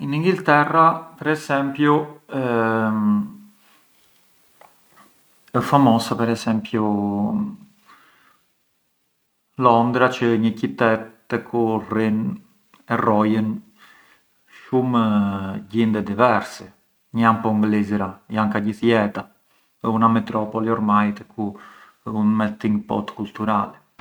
In Inghilterra per esempiu, ë famosa per esempiu Londra çë ë një qytet te ku rrinë, rrojën shumë gjinde diversi, ngë jan po nglisëra, jan ka gjithë jeta, una metropoli ormai te ku ë un melting pot culturali.